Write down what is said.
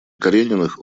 карениных